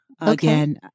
Again